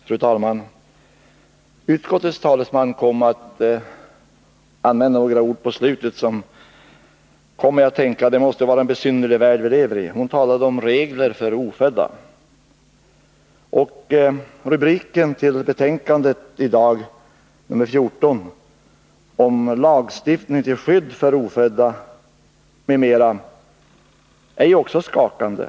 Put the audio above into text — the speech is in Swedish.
Fru talman! Utskottets talesman sade några ord i slutet av sitt anförande som kom mig att tänka att det måste vara en besynnerlig värld som vi lever i. Hon talade om regler för ofödda. Redan rubriken till socialutskottets betänkande 14 — lagstiftning till skydd för ofödda, m.m. — är skakande.